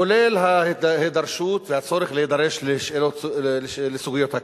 כולל ההידרשות והצורך להידרש לסוגיות הקבע.